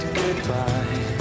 goodbye